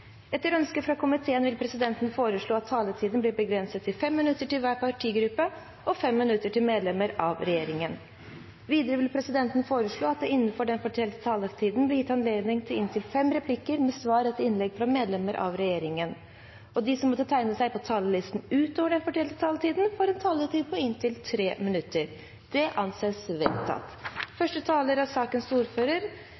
minutter til medlemmer av regjeringen. Videre vil presidenten foreslå at det – innenfor den fordelte taletid – gis anledning til replikkordskifte på inntil fem replikker med svar etter innlegg fra medlemmer av regjeringen. De som måtte tegne seg på talerlisten utover den fordelte taletid, får en taletid på inntil 3 minutter. – Det anses vedtatt.